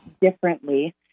differently